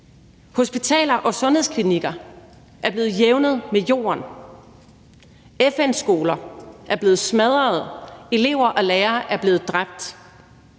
Hospitaler og sundhedsklinikker er blevet jævnet med jorden. FN-skoler er blevet smadret, elever og lærere er blevet dræbt.